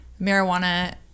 marijuana